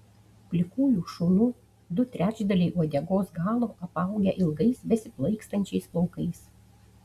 plikųjų šunų du trečdaliai uodegos galo apaugę ilgais besiplaikstančiais plaukais